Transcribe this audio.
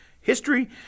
history